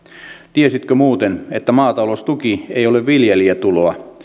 tiesitkö muuten että maataloustuki ei ole viljelijätuloa